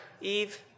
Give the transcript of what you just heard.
Eve